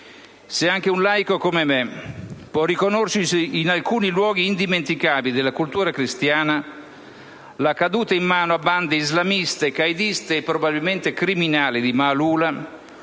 Se anche un laico come me può riconoscersi in alcuni luoghi indimenticabili della cultura cristiana, la caduta in mano a bande islamiste, qaediste e probabilmente criminali di Maaloula,